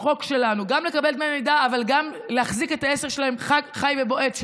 אבל גם להחזיק את העסק שלהם חי ובועט,